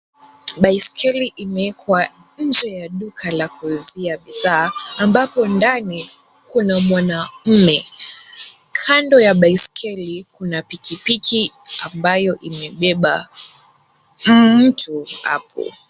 Baiskeli imewekwa nje ya duka la kuuzia bidhaa ambapo ndani kuna mwanaume. Kando ya baiskeli kuna pikipiki ambayo imebeba mtu hapo.